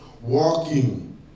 walking